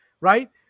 right